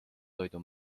toidu